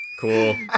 Cool